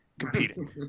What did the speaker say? Competing